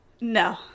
No